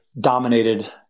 dominated